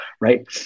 right